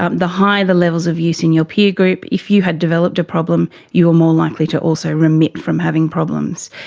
um the higher the levels of use and your peer group, if you had developed a problem, you are more likely to also remit from having problems.